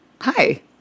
Hi